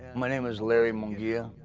my name is larry munguia,